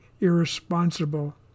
irresponsible